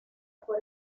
por